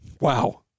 Wow